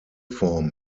form